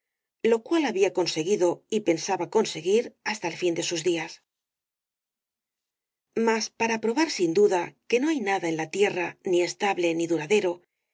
lo cual había conseguido y pensaba conseguir hasta el fin de sus días mas para probar sin duda que no hay nada en la tierra ni estable ni duradero